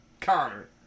Connor